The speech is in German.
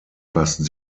fast